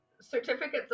certificates